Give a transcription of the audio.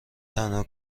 تنها